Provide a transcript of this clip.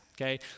okay